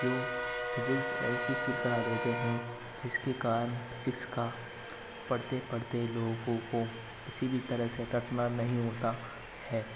जो फिजिक्स ऐसी फील करा देते हैं जिसके कारण फिजिक्स का पढ़ते पढ़ते लोगों को किसी भी तरह से रटना नहीं होता है